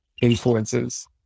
influences